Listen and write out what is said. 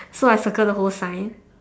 so I circle the whole sign